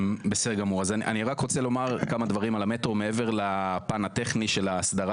אני רק רוצה לומר כמה דברים על המטרו מעבר לפן הטכני של ההסדרה